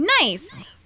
Nice